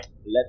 let